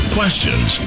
questions